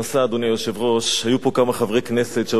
היו פה כמה חברי כנסת שהיו מתפרנסים בכבוד.